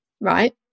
right